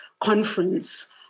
conference